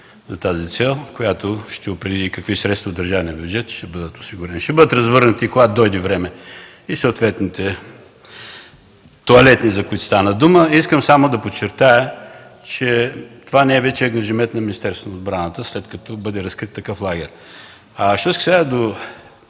за тази цел, която ще определи какви средства от държавния бюджет ще бъдат осигурени. Ще бъдат развърнати, когато дойде време, и съответните тоалетни, за които стана дума. Искам само да подчертая, че това не е вече ангажимент на Министерството на отбраната, след като бъде разкрит такъв лагер. Що се касае до